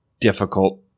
difficult